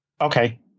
Okay